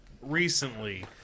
recently